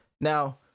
Now